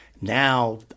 Now